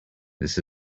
this